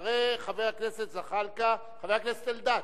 אחרי חבר הכנסת זחאלקה, חבר הכנסת אלדד.